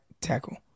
tackle